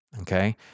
Okay